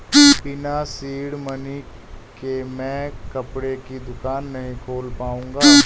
बिना seed money के मैं कपड़े की दुकान नही खोल पाऊंगा